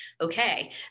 okay